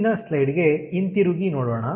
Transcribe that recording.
ಮುಂದಿನ ಸ್ಲೈಡ್ ಗೆ ಹಿಂತಿರುಗಿ ನೋಡೋಣ